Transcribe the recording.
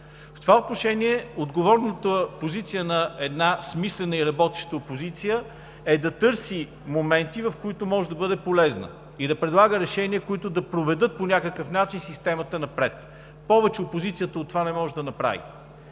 В това отношение отговорната позиция на една смислена и работеща опозиция е да търси моменти, в които може да бъде полезна, и да предлага решения, които да поведат по някакъв начин системата напред. Повече от това опозицията не може да направи.